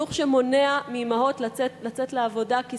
דבר שמונע מאמהות לצאת לעבודה,